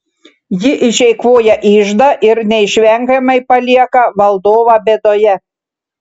ji išeikvoja iždą ir neišvengiamai palieka valdovą bėdoje